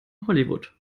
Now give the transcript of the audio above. hollywood